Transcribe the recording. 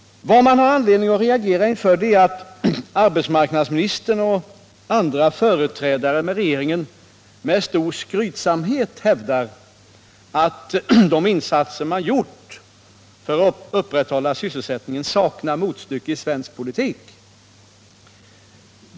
Vad man har anledning att reagera inför är att arbetsmarknadsministern och andra företrädare för regeringen med stor skrytsamhet hävdar att de insatser man har gjort för att upprätthålla sysselsättningen saknar motstycke i svensk politik.